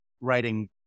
writing